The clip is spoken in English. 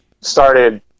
started